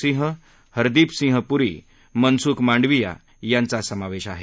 सिंह हरदीप सिंह पुरी मनसुख मांडवीया यांचा समावेश आहे